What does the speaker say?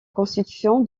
constitution